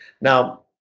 Now